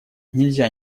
нельзя